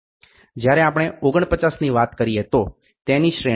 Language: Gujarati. જ્યારે આપણે 49ની વાત કરીએ તો તેની શ્રેણી 1